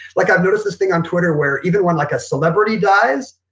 like i noticed this thing on twitter where even when like a celebrity dies,